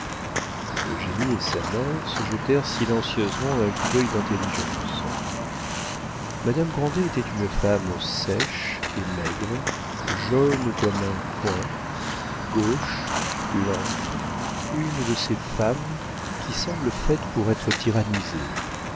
d'elle eugénie et sa mère se jetèrent silencieusement un coup d'œil d'intelligence madame grandet était une femme sèche et maigre jaune comme un coing gauche lente une de ces femmes qui semblent faites pour être tyrannisées